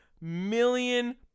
million